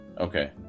Okay